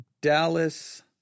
Dallas